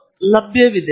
ಆದ್ದರಿಂದ SNR 100 U 0